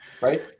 right